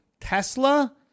Tesla